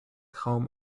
home